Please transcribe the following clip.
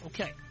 Okay